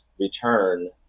return